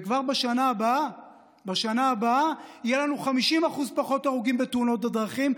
וכבר בשנה הבאה יהיו לנו 50% פחות הרוגים בתאונות הדרכים,